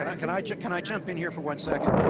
and can i just, can i jump in here for one second.